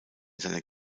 seiner